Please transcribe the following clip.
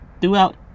Throughout